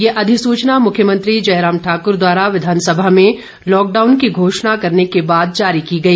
यह अधिसूचना मुख्यमंत्री जयराम ठाकर द्वारा विधानसभा में लॉकडाउन की घोषणा करने के बाद जारी की गई